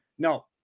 No